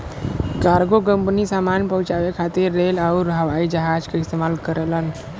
cargo company सामान पहुंचाये खातिर रेल आउर हवाई जहाज क इस्तेमाल करलन